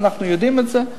אנחנו יודעים את זה,